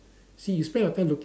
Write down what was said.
see you spend your time looking